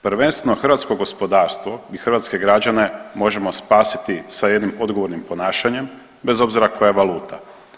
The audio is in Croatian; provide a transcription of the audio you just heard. Prvenstveno hrvatsko gospodarstvo i hrvatske građane možemo spasiti sa jednim odgovornim ponašanjem, bez obzira koja je valuta.